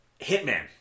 Hitman